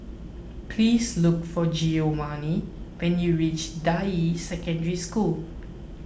please look for Giovanny when you reach Deyi Secondary School